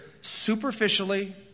superficially